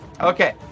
Okay